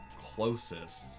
closest